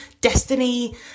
destiny